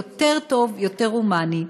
יותר טוב ויותר הומני.